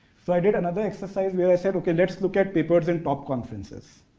i did another exercise where i said, okay, let's look at papers in top conferences.